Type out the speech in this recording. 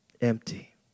empty